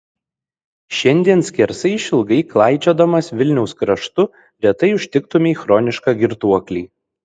šiandien skersai išilgai klaidžiodamas vilniaus kraštu retai užtiktumei chronišką girtuoklį